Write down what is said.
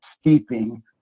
steeping